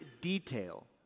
detail